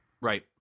Right